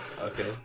Okay